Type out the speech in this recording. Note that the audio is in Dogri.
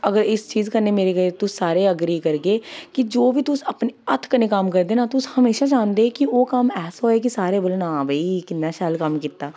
अगर इस चीज़ कन्नै मेरी तुस सारे एग्री करगे कि जो बी तुस अपने हत्थ कन्नै कम्म करदे ना तुस हमेशा जानदे कि ओह् कम्म ऐसा होए कि सारे बोलन कि आं भाई एह् कि'न्ना शैल कम्म कीता